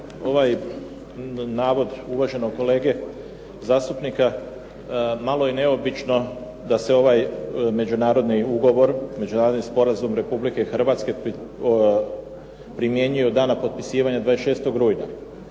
ovaj navod uvaženog kolege zastupnika, malo je neobično da se ovaj međunarodni ugovor, međunarodni sporazum Republike Hrvatske primjenjuje od dana potpisivanja 26. rujna.